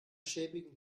schäbigen